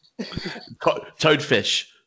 Toadfish